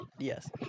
yes